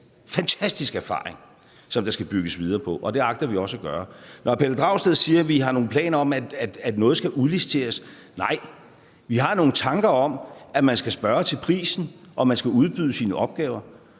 Det er en fantastisk erfaring, som der skal bygges videre på. Og det agter vi også at gøre. Når hr. Pelle Dragsted siger, at vi har nogle planer om, at noget skal udliciteres, må jeg sige: Nej, vi har nogle tanker om, at man skal spørge til prisen og udbyde sine opgaver.